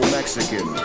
Mexican